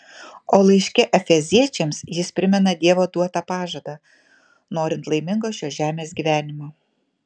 o laiške efeziečiams jis primena dievo duotą pažadą norint laimingo šios žemės gyvenimo